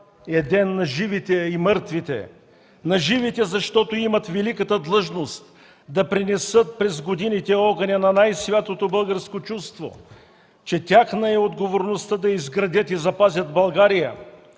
ден на живите и мъртвите. На живите, защото имат великата длъжност да пренесат през годините огъня на най-святото българско чувство, че тяхна е отговорността да изградят и запазят България,